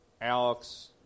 Alex